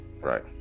right